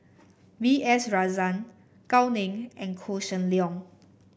B S Rajhans Gao Ning and Koh Seng Leong